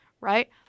Right